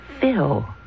Phil